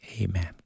Amen